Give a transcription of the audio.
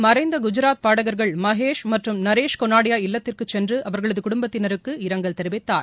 மறைந்த குஜாத் பாடகர்கள் மகேஷ் மற்றும் நரேஷ் கொனாடியா இல்லத்திற்கு சென்று அவர்களது குடும்பத்தினருக்கு இரங்கல் தெரிவித்தார்